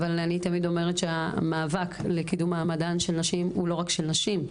אבל אני תמיד אומרת שהמאבק לקידום מעמדן של נשים הוא לא רק של נשים.